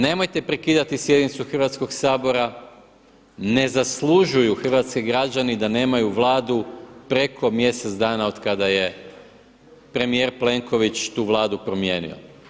Nemojte prekidati sjednicu Hrvatskoga sabora, ne zaslužuju hrvatski građani da nemaju Vladu preko mjesec dana otkada je premijer Plenković tu Vladu promijenio.